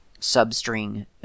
substring